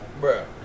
Bro